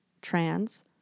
trans